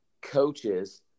coaches